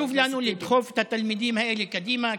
חשוב לנו לדחוף את התלמידים האלה קדימה,